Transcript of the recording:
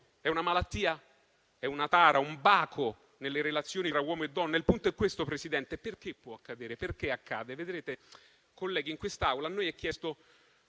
È una malattia? È una tara, un baco nelle relazioni tra uomo e donna? Il punto è questo, Presidente: perché può accadere? Perché accade? Colleghi, in quest'Aula a noi è chiesto